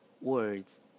Words